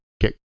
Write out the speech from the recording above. get